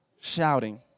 shouting